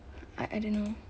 I I don't know